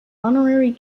honorary